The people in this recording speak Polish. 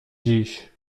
dziś